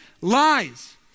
Lies